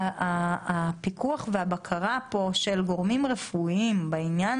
הפיקוח והבקרה פה של גורמים רפואיים בעניין